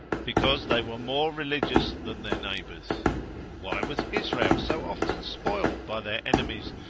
because they were more religious than, their neighbours why was israel so often spoiled by their enemies,